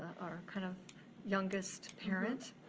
kind of youngest parent.